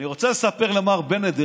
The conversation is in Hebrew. אני רוצה לספר למר בנט,